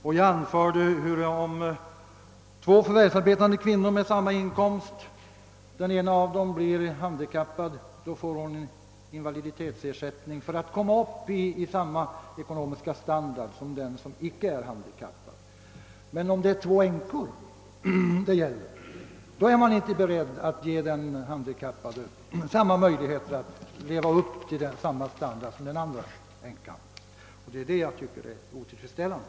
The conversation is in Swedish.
Och jag har anfört att om det är två förvärvsarbetande kvinnor som har samma inkomst och den ena blir handikappad, så får hon invaliditetsersättning för att komma upp i samma ekonomiska standard som den som icke är handikappad, men om: det gäller två änkor är man inte beredd att ge den handikappade möjlighet att komma upp i samma standard :som den andra änkan. Det är detta jag finner otillfredsställande.